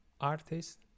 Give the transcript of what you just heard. artists